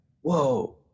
Whoa